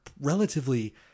relatively